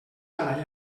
ara